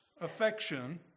affection